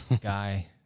guy